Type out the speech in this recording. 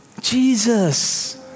Jesus